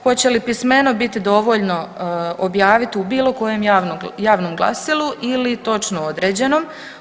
Hoće li pismeno biti dovoljno objavit u bilo kojem javnom glasilu ili točno određenom?